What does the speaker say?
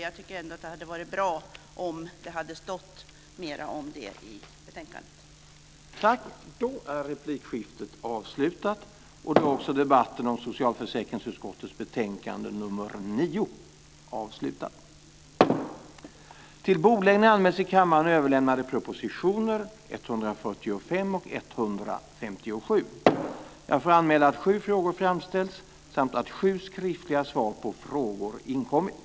Jag tycker ändå att det hade varit bra om det hade stått mera om det i betänkandet.